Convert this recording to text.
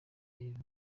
faye